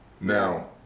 Now